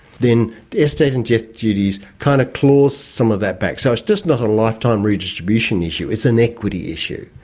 then estate and death duties kind of claws some of that back. so it's just not a lifetime redistribution issue, it's an equity issue.